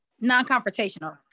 non-confrontational